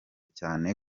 cyane